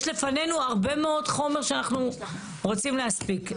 יש בפנינו הרבה מאוד חומר שאנחנו רוצים להספיק.